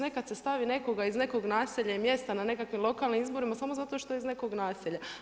Nekada se stavi nekoga iz nekog naselja i mjesta na nekakvim lokalnim izborima samo zato što je iz nekog naselja.